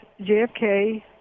JFK